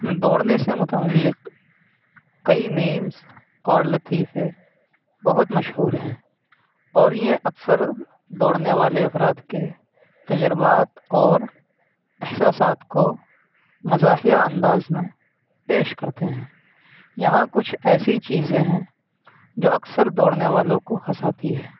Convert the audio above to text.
دوڑنے سے متعلق کئی میمس اور لطیفے بہت مشہور ہیں اور یہ اکثر دوڑنے والے افراد کے تجربات اور احساسات کو مزاحیہ انداز میں پیش کرتے ہیں یہاں کچھ ایسی چیزیں ہیں جو اکثر دوڑنے والوں کو ہنساتی ہے